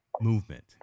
movement